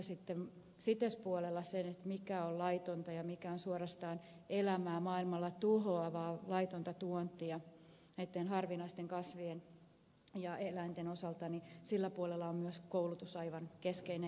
cites puolella se mikä on laitonta ja mikä on suorastaan elämää maailmalla tuhoavaa laitonta tuontia näitten harvinaisten kasvien ja eläinten osalta on myös koulutus aivan keskeinen